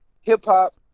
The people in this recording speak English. hip-hop